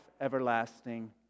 everlasting